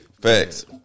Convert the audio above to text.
Facts